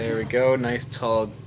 yeah we go nice tall.